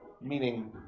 meaning